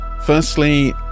Firstly